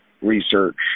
research